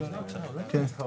כן.